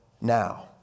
now